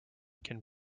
can